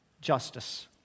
justice